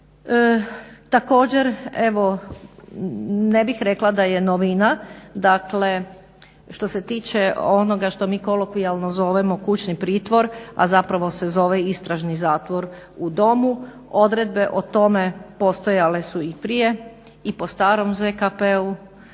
Također evo ne bih rekla da je novina, dakle što se tiče onoga što mi kolokvijalno zovemo kućni pritvor, a zapravo se zove istražni zatvor u domu. Odredbe o tome postojale su i prije i po starom ZKP-u,